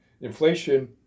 Inflation